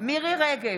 מירי מרים רגב,